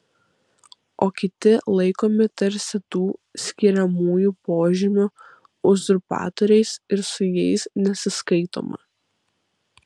o kiti laikomi tarsi tų skiriamųjų požymių uzurpatoriais ir su jais nesiskaitoma